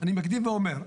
אני מקדים ואומר,